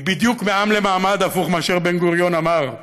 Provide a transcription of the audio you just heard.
היא בדיוק מעם למעמד, הפוך ממה שבן-גוריון אמר.